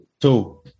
Two